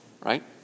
Right